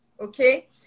okay